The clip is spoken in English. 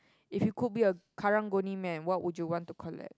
if you could be a Karang-Guni man what would you want to collect